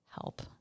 help